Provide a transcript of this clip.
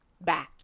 Bye